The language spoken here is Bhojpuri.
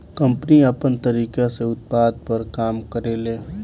कम्पनी आपन तरीका से उत्पाद पर काम करेले